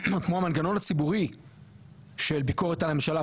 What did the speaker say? כמו המנגנון הציבורי של ביקורת על הממשלה,